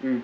mm